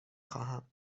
خواهم